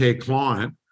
client